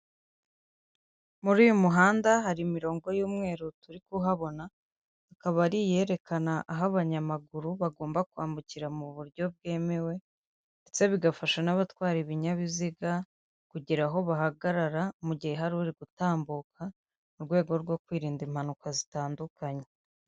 Muri uyu muhanda hari imirongo y'umweru turi kuhabona akaba ari iyerekana aho abanyamaguru bagomba kwambukira mu buryo bwemewe ndetse bigafasha n'abatwara ibinyabiziga kugira aho bahagarara mu gihe hari uri gutambuka, mu rwego rwo kwirinda impanuka zitandukanye.